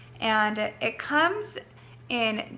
and it comes in,